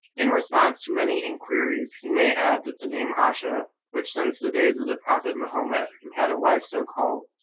in response to many enquiries he may add that the name ayesha, which since the days of the prophet mahomet, who had a wife so called,